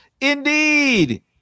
Indeed